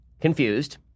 Confused